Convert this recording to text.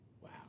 Wow